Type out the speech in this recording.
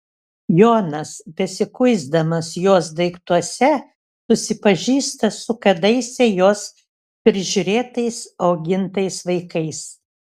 jonas besikuisdamas jos daiktuose susipažįsta su kadaise jos prižiūrėtais augintais vaikais